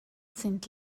sind